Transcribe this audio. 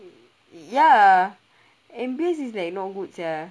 ya and basically it's like you know good sia